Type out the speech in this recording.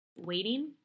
waiting